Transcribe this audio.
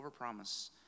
overpromise